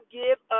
give